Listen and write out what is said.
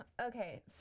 okay